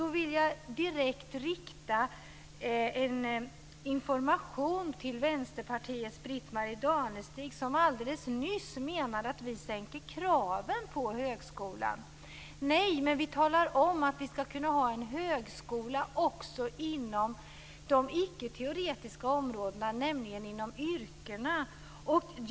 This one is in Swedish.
Då vill jag direkt rikta en information till Vänsterpartiets Britt-Marie Danestig, som nyss menade att vi sänker kraven på högskolan. Nej, men vi talar om att vi ska kunna ha en högskola också inom de icketeoretiska områdena, nämligen inom yrkena.